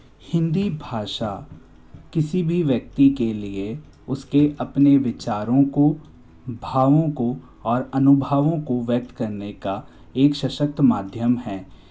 हिंदी भाषा किसी भी व्यक्ति के लिए उसके अपने विचारों को भावों को और अनुभवों को व्यक्त करने का एक सशक्त माध्यम है